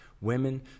women